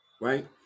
right